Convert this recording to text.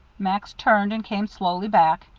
max turned and came slowly back.